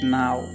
now